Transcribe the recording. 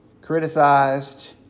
criticized